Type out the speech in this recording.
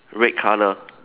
red colour